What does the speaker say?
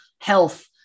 health